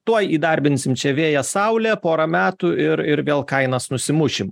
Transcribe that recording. tuoj įdarbinsim čia vėją saulę porą metų ir ir vėl kainas nusimušim